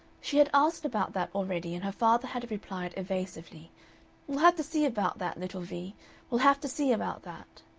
she had asked about that already, and her father had replied, evasively we'll have to see about that, little vee we'll have to see about that.